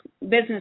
business